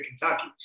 kentucky